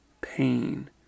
pain